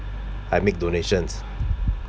I make donations